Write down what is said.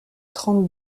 trente